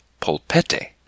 polpette